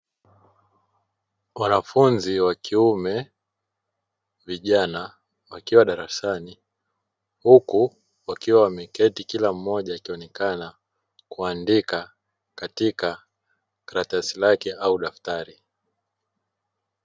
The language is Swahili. Wanafunzi wa kiume vijana wakiwa darasani huku wakiwa wameketi kila mmoja akionekana kuandika katika karatasi lake au daftari.